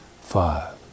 five